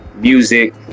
Music